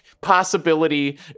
possibility